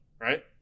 right